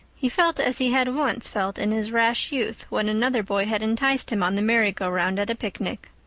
he felt as he had once felt in his rash youth when another boy had enticed him on the merry-go-round at a picnic.